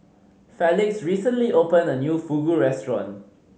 Felix recently opened a new Fugu Restaurant